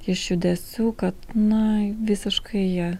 iš judesių kad na visiškai jie